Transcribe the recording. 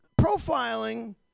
profiling